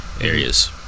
areas